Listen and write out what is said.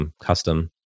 Custom